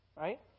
Right